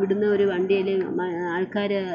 വിടുന്ന ഒരു വണ്ടിയല്ലേ മ് ആൾക്കാർ